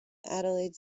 adelaide